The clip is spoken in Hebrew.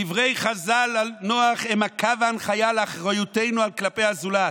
דברי חז"ל על נוח הם קו ההנחיה לאחריותנו כלפי הזולת.